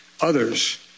others